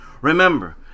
Remember